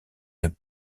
het